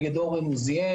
נגד אורן עוזיאל,